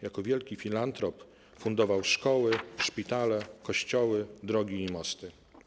Jako wielki filantrop fundował szkoły, szpitale, kościoły, drogi i mosty.